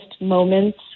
moments